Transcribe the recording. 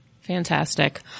Fantastic